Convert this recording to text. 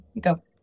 Go